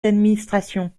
d’administration